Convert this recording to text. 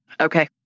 Okay